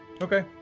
Okay